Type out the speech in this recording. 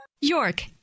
York